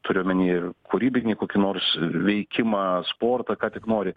turiu omeny kūrybinį kokį nors veikimą sportą ką tik nori